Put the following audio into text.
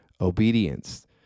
obedience